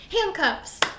Handcuffs